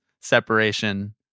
separation